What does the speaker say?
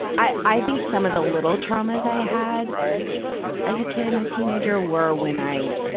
i, i think some of the little traumas i had as a kid and a teenager were when i,